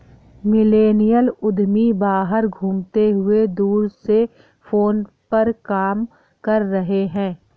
millennial उद्यमी बाहर घूमते हुए दूर से फोन पर काम कर रहे हैं